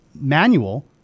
manual